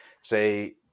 say